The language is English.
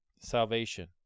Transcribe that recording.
salvation